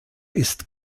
ist